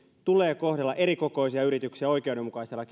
tulee kohdella erikokoisia yrityksiä oikeudenmukaisella